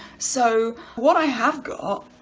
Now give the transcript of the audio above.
so what i have got